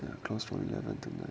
it closed from eleven to night